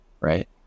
right